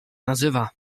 nazywa